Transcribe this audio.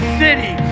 city